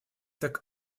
так